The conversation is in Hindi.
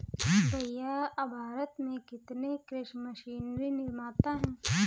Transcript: भैया भारत में कितने कृषि मशीनरी निर्माता है?